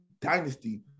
dynasty